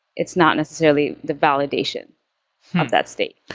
it's not necessarily the validation of that state.